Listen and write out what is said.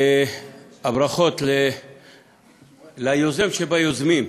ברכות ליוזם שביוזמים,